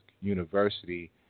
University